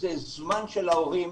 זה זמן של ההורים,